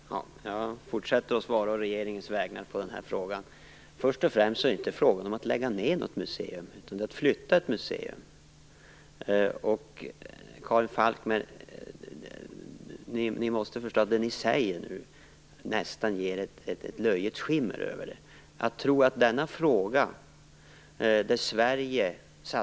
Herr talman! Jag fortsätter att å regeringens vägnar svara på den här frågan. Först och främst är det inte fråga om att lägga ned något museum, utan det är fråga om att flytta ett museum. Ni måste förstå att det ni nu säger, Karin Falkmer, nästan ger det här ett löjets skimmer.